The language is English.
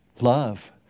love